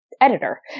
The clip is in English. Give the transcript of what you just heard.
editor